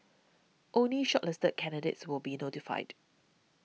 only shortlisted candidates will be notified